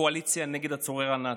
בקואליציה נגד הצורר הנאצי.